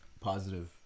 positive